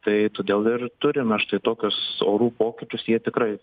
tai todėl ir turime štai tokius orų pokyčius jie tikrai